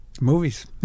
movies